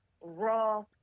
raw